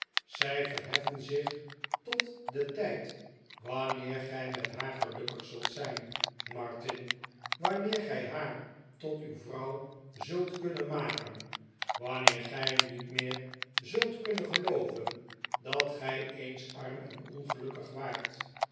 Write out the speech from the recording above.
zij verheffen zich tot den tijd wanneer gij met haar gelukkig zult zijn martin wanneer gij haar tot uw vrouw zult kunnen maken wanneer gij niet meer zult kunnen gelooven dat gij eens arm en ongelukkig waart